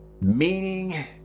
Meaning